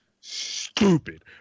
stupid